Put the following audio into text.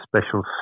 special